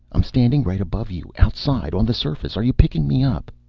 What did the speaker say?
i'm standing right above you. outside. on the surface. are you picking me up?